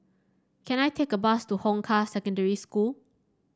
can I take a bus to Hong Kah Secondary School